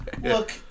look